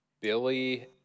Billy